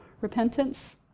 repentance